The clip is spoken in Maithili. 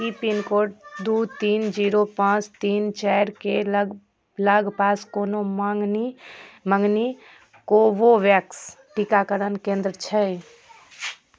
की पिनकोड दू तीन जीरो पाँच तीन चारि के लग लग पास कोनो मँगनी मँगनी कोवोवेक्स टीकाकरण केंद्र छै